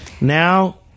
Now